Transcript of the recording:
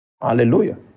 hallelujah